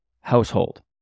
household